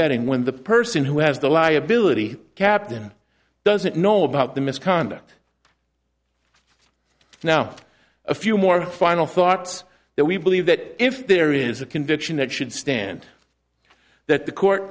betting when the person who has the liability captain doesn't know about the misconduct now a few more final thoughts that we believe that if there is a conviction that should stand that the court